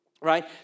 Right